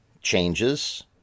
changes